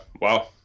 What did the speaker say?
Wow